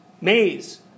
maze